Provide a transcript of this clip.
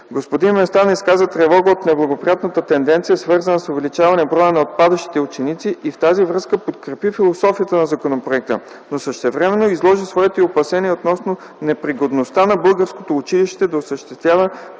Господин Местан изказа тревога от неблагоприятната тенденция, свързана с увеличаване броя на отпадащите ученици и в тази връзка подкрепи философията на законопроекта, но същевременно изложи своите опасения относно непригодността на българското училище да осъществява